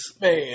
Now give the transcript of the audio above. Man